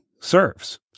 serves